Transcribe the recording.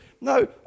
No